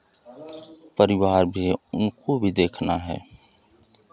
परिवार भी उनको भी देखना है